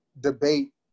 debate